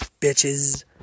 bitches